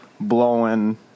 blowing